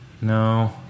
No